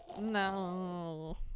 no